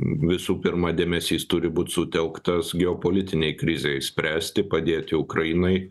visų pirma dėmesys turi būt sutelktas geopolitinei krizei spręsti padėti ukrainai